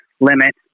limit